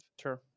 Sure